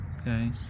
Okay